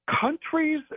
countries